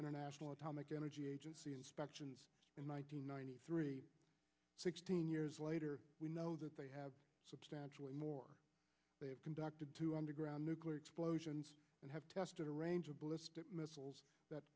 international atomic energy agency inspections in one thousand nine hundred three sixteen years later we know that they have substantially more they have conducted two underground nuclear explosions and have tested a range of ballistic missiles that